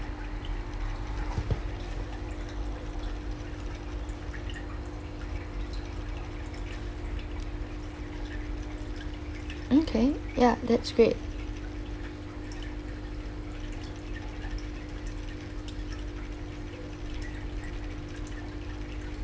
okay ya that's great